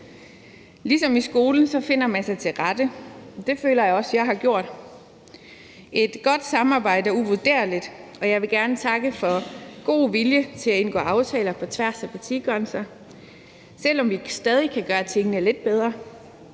Ligesom i skolen finder man sig til rette, og det føler jeg også jeg har gjort. Et godt samarbejde er uvurderligt, og jeg vil gerne takke for god vilje til at indgå aftaler på tværs af partigrænser, selv om vi stadig kan gøre tingene lidt bedre.